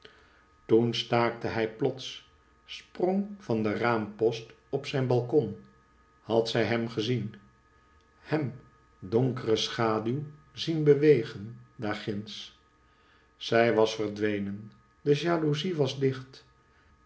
toen staakte hij plots sprong van de raampost op zijn balkon had zij hem gezien hem donkere schaduw zien bewegen daarginds zij was verdwenen de jalouzie was dicht